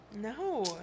No